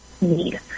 need